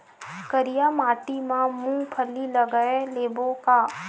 करिया माटी मा मूंग फल्ली लगय लेबों का?